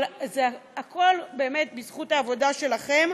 אבל הכול באמת בזכות העבודה שלכן.